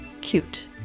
cute